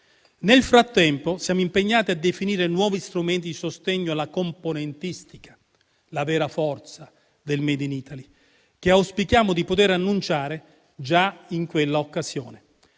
Nel frattempo, siamo impegnati a definire nuovi strumenti di sostegno alla componentistica, la vera forza del *made in Italy*, che auspichiamo di poter annunciare già in quell'occasione.